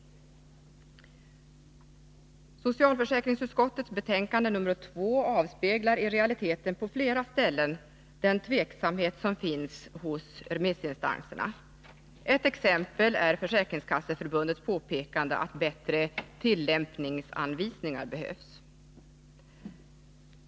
Socialförsäkringsutskottets betänkande nr 2 avspeglar i realiteten på flera ställen den tveksamhet som finns hos remissinstanserna. Ett exempel är Försäkringskasseförbundets påpekande, att bättre tillämpningsanvisningar behövs.